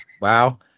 wow